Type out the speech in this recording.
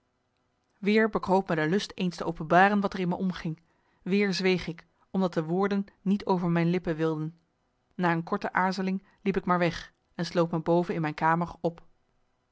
weer bekroop me de lust eens te openbaren wat er in me omging weer zweeg ik omdat de woorden niet over mijn lippen wilden na een korte aarzeling liep ik maar weg en sloot me boven in mijn kamer op